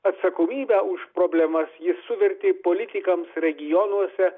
atsakomybę už problemas jis suvertė politikams regionuose